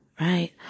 Right